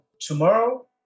tomorrow